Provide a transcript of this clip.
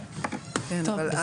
טוב,